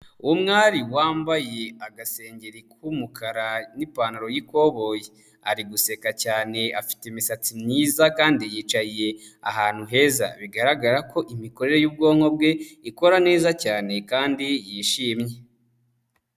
Umwari wambaye agasengeri k'umukara n'ipantaro y'ikoboyi, ari guseka cyane afite imisatsi myiza kandi yicaye ahantu heza, bigaragare ko imikorere y'ubwonko bwe ikora neza cyane kandi yishimye.